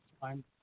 fine